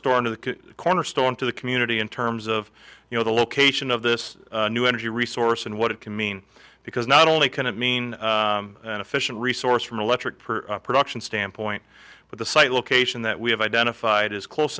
store into the corner store into the community in terms of you know the location of this new energy resource and what it can mean because not only can it mean an efficient resource from electric per production standpoint but the site location that we have identified is close